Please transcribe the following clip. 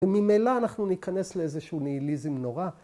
‫וממילא אנחנו ניכנס ‫לאיזשהו ניהיליזם נורא.